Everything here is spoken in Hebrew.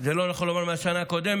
זה לא נכון לומר שזה מהשנה הקודמת,